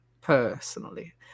personally